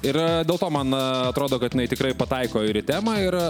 yra dėl to man atrodo kad jinai tikrai pataiko ir temą ir